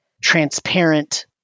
transparent